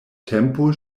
tempo